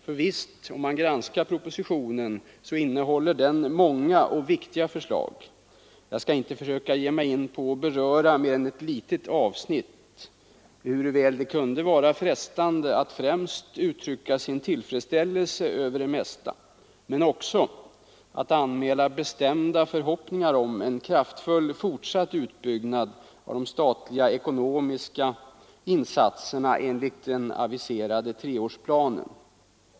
För visst finner man — om man granskar propositionen — att den innehåller många och viktiga förslag. Jag skall inte försöka ge mig in på att beröra mer än ett litet avsnitt, ehuru det väl kunde vara frestande att främst uttrycka sin tillfredsställelse över det mesta men också anmäla bestämda förhoppningar om en kraftfull fortsatt utbyggnad av de statliga ekonomiska insatserna enligt den aviserade treårsplanen.